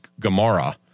Gamara